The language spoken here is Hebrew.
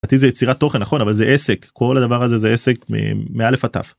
זה יצירת תוכן נכון אבל זה עסק כל הדבר הזה זה עסק מא׳ עד ת׳